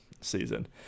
season